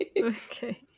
okay